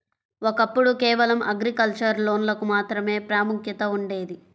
ఒకప్పుడు కేవలం అగ్రికల్చర్ లోన్లకు మాత్రమే ప్రాముఖ్యత ఉండేది